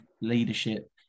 leadership